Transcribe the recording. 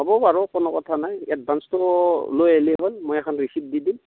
হ'ব বাৰু কোনো কথা নাই এডভান্সটো লৈ আহিলি হ'ল মই এখন ৰিচিপ্ট দি দিম